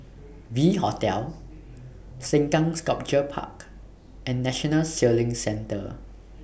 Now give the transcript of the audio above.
V Hotel Sengkang Sculpture Park and National Sailing Centre